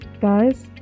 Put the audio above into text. Guys